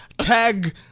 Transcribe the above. Tag